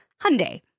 Hyundai